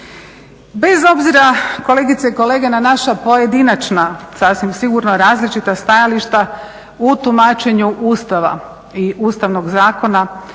Bez obzira kolegice i kolege na naša pojedinačna, sasvim sigurno različita stajališta u tumačenju Ustava i Ustavnog zakona